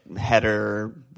header